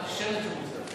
אין לך שמץ של מושג.